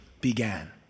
began